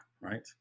Right